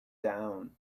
down